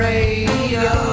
Radio